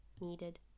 needed